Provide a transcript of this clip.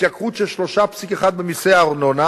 התייקרות של 3.1% במסי הארנונה,